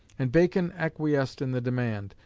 and bacon acquiesced in the demand,